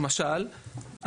למשל,